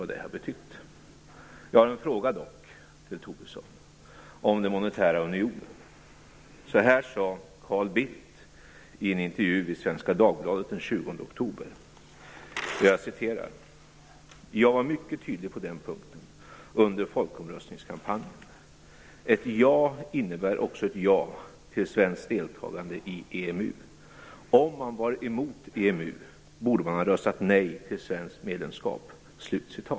Jag har dock en fråga till Lars Tobisson om den monetära unionen. Så här sade Carl Bildt i en intervju i Svenska Dagbladet den 20 oktober 1996: "Jag var mycket tydlig på den punkten under folkomröstningskampanjen. Ett ja innebar också ett ja till svenskt deltagande i EMU. Om man var emot EMU borde man ha röstat nej till svenskt medlemskap."